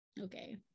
okay